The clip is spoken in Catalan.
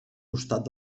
costat